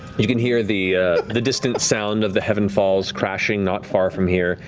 you can hear the the distant sound of the heaven falls crashing not far from here.